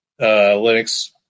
Linux